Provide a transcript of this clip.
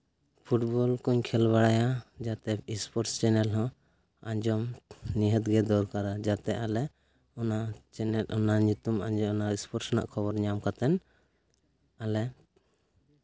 football ᱠᱚᱧ ᱠᱷᱮᱹᱞ ᱵᱟᱲᱟᱭᱟ ᱡᱟᱛᱮ ᱥᱯᱳᱴᱥ ᱪᱮᱱᱮᱞ ᱦᱚᱸ ᱟᱸᱡᱚᱢ ᱱᱤᱦᱟᱹᱛ ᱜᱮ ᱫᱚᱨᱠᱟᱨᱟ ᱡᱟᱛᱮ ᱟᱞᱮ ᱚᱱᱟ ᱪᱮᱱᱮᱞ ᱚᱱᱟ ᱧᱩᱛᱩᱢ ᱟᱸᱡᱚᱢ ᱥᱯᱳᱴᱥ ᱨᱮᱱᱟᱜ ᱧᱩᱛᱩᱢ ᱟᱸᱡᱚᱢ ᱠᱟᱛᱮ ᱟᱞᱮ